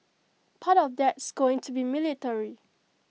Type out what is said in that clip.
part of that's going to be military